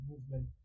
movement